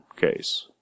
case